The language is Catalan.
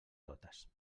totes